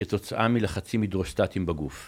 כתוצאה מלחצים הדרוסטטיים בגוף.